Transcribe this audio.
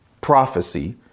prophecy